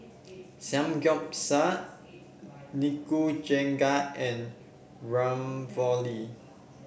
Samgyeopsal Nikujaga and Ravioli